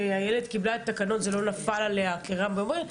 וכשאיילת קיבלה את התקנון זה לא נפל עליה כרעם ביום בהיר.